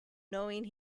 knowing